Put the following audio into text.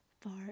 far